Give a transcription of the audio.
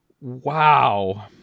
wow